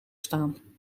staan